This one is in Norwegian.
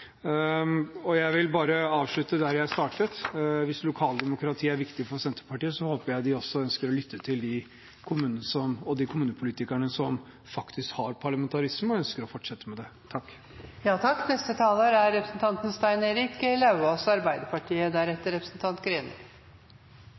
Jeg vil bare avslutte der jeg startet: Hvis lokaldemokratiet er viktig for Senterpartiet, håper jeg de også ønsker å lytte til de kommunene og de kommunepolitikerne som faktisk har parlamentarisme og ønsker å fortsette med det. Åpenhet og mulighet for deltakelse i lokaldemokratiet – eller i regionaldemokratiet også, for den sakens skyld – er